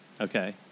Okay